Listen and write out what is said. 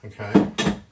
Okay